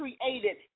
created